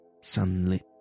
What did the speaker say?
sunlit